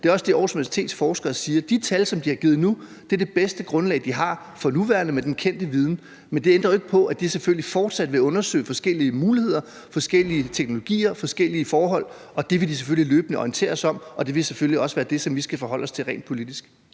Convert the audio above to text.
Det er også det, Aarhus Universitets forskere siger. De tal, som de har givet nu, er det bedste grundlag, de har for nuværende med den kendte viden. Men det ændrer jo ikke på, at de selvfølgelig fortsat vil undersøge forskellige muligheder, forskellige teknologier og forskellige forhold, og det vil de selvfølgelig løbende orientere os om, og det vil selvfølgelig også være det, som vi skal forholde os til rent politisk.